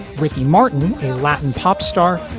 ricky martin, a latin pop star,